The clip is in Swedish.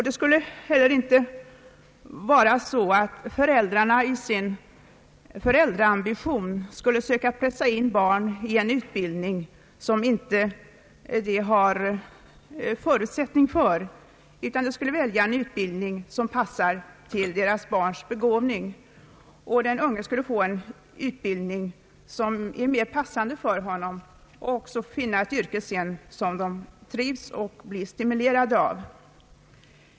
Det skulle då inte bli så att föräldrarna i sin föräldraambition försöker pressa in barnen i en utbildning som barnen inte har förutsättning för, utan föräldrarna skulle då välja en utbildning som passar till barnens begåvning. Den unge skulle få en utbildning som mera passar honom och finna ett yrke som han trivs med och blir stimulerad av.